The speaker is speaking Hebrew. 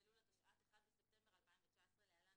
באלול התשע"ט (1 בספטמבר 2019) (להלן,